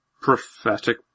Prophetic